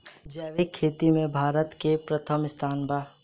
जैविक खेती में भारत के प्रथम स्थान बा